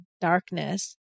darkness